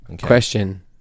Question